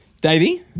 Davey